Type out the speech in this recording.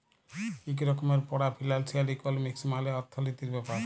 ইক রকমের পড়া ফিলালসিয়াল ইকলমিক্স মালে অথ্থলিতির ব্যাপার